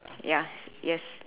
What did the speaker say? ya yes